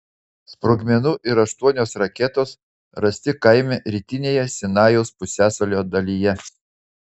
sprogmenų ir aštuonios raketos rasti kaime rytinėje sinajaus pusiasalio dalyje